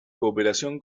cooperación